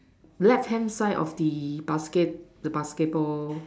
left hand side of the basket the basketball